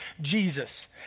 Jesus